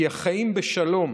כי החיים בשלום